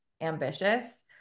ambitious